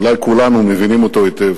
אולי כולנו, מבינים אותו יותר.